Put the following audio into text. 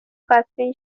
قطرهای